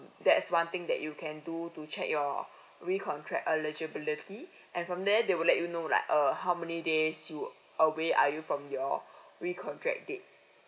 that's one thing that you can do to check your recontract eligibility and from there they will let you know like uh how many days you away are you from your recontract date